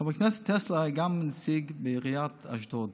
חבר הכנסת היה גם נציג בעיריית אשדוד